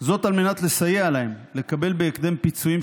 על מנת לסייע להם לקבל בהקדם פיצויים,